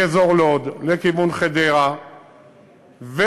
מאזור לוד לכיוון חדרה וצפונה,